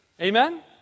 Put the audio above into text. Amen